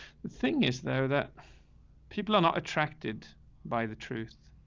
thing is though, that people are not attracted by the truth.